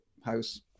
house